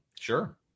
sure